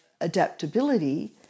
adaptability